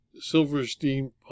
Silverstein